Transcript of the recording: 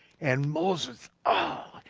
and moses, oh,